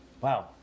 Wow